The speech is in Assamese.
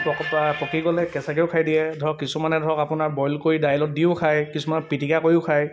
পকি গ'লে কেঁচাকৈও খায় দিয়ে ধৰক কিছুমানে ধৰক আপোনাৰ বইল কৰি দাইলত দিও খায় কিছুমানে পিটিকা কৰিও খায়